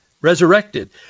resurrected